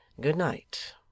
Good-night